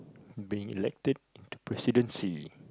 being elected to presidency